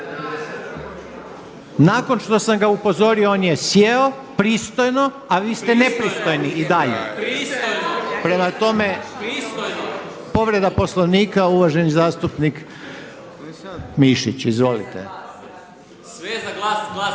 Nakon što sam ga upozorio on je sjeo, pristojno a vi ste nepristojni i dalje. Prema tome, povreda Poslovnika uvaženi zastupnik Mišić. Izvolite. **Mišić,